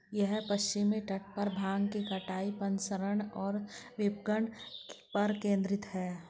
यह पश्चिमी तट पर भांग की कटाई, प्रसंस्करण और विपणन पर केंद्रित है